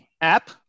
app